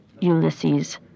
Ulysses